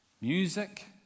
music